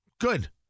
good